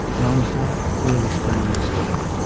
alongside we will explain their story.